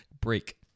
break